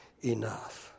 enough